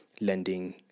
lending